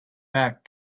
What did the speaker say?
back